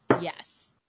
yes